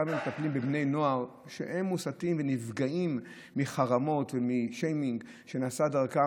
כמה מטפלים בבני נוער שהם מוסתים ונפגעים מחרמות ומשיימינג שנעשה דרכם.